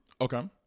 Okay